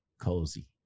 Cozy